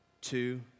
Two